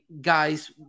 guys